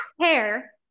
hair